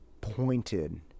pointed